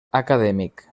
acadèmic